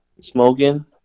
smoking